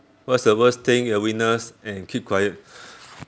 what's the worst thing you witnessed and keep quiet